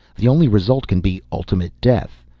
the only result can be ultimate death.